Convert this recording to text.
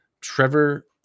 Trevor